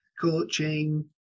coaching